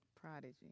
Prodigy